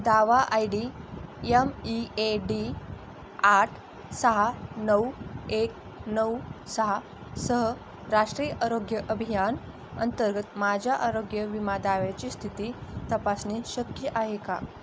दावा I D M E A D आठ सहा नऊ एक नऊ सहा सह राष्ट्रीय आरोग्य अभियान अंतर्गत माझ्या आरोग्य विमा दाव्याची स्थिती तपासणे शक्य आहे का